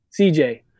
CJ